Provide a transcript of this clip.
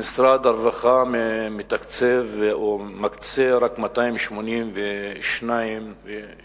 משרד הרווחה מתקצב או מקצה רק 282